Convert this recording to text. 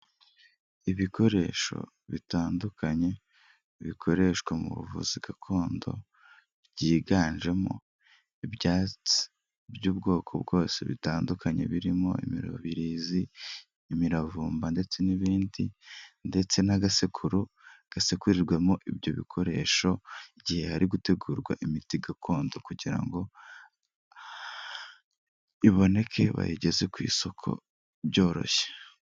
Ibikoresho bitandukanye bikoreshwa mu buvuzi gakondo byiganjemo ibyatsi by'ubwoko bwose bitandukanye birimo imibirizi, imiravumba ndetse n'ibindi ndetse n'agasekuru gasekurirwamo ibyo bikoresho igihe hari gutegurwa imiti gakondo kugira ngo iboneke bayigeze ku isoko byoroshye.